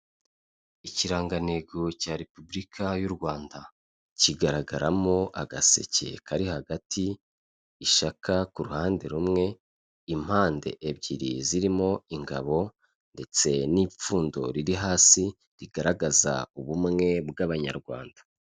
Ikirangantego cya Repubulika y'u Rwanda, kigaragaramo agaseke kari hagati, ishaka ku ruhande rumwe, impande ebyiri zirimo ingabo ndetse n'ipfundo riri hasi rigaragaza ubumwe bw'abanyarwanda.